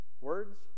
words